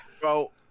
Bro